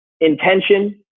intention